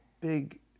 big